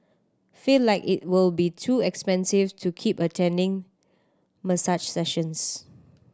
feel like it will be too expensive to keep attending massage sessions